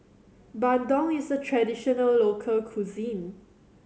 Bandung is a traditional local cuisine